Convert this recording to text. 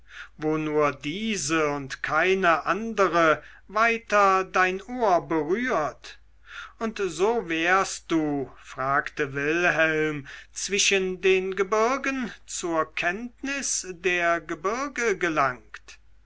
wo nur diese und keine andere weiter dein ohr berührt und so wärst du fragte wilhelm zwischen den gebirgen zur kenntnis der gebirge gelangt